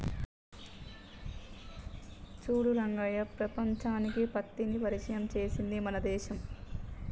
చూడు రంగయ్య ప్రపంచానికి పత్తిని పరిచయం చేసింది మన దేశం